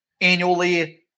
annually